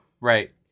right